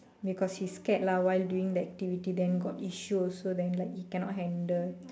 because he's scared lah while doing that activity then got issue also then like he cannot handle